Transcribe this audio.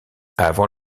avant